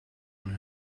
and